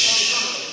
ששש,